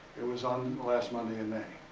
it was on the last monday in may.